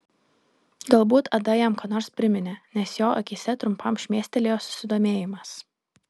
galbūt ada jam ką nors priminė nes jo akyse trumpam šmėkštelėjo susidomėjimas